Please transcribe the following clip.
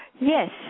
Yes